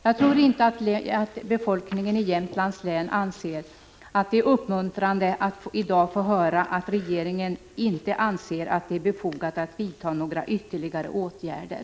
Jag tror inte befolkningen i Jämtlands län tycker att det är uppmuntrande att i dag få höra att regeringen inte anser att det är befogat att vidta några ytterligare åtgärder.